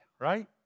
right